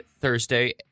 Thursday